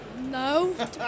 No